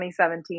2017